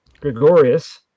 Gregorius